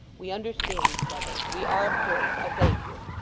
we understand each other. we are observed. i thank you